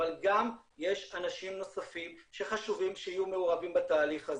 אבל גם יש אנשים נוספים שחשובים שיהיו מעורבים בתהליך הזה.